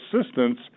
assistance